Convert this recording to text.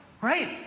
right